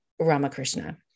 Ramakrishna